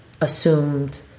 assumed